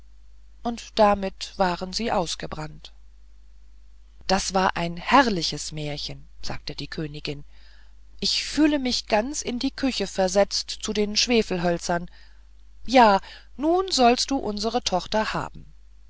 licht damit waren sie ausgebrannt das war ein herrliches märchen sagte die königin ich fühle mich ganz in die küche versetzt zu den schwefelhölzern ja nun sollst du unsere tochter haben